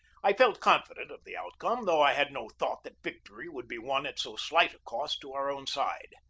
i felt confident of the outcome, though i had no thought that victory would be won at so slight a cost to our own side.